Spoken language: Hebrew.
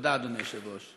תודה, אדוני היושב-ראש.